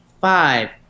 five